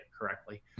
correctly